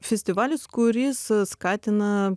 festivalis kuris skatina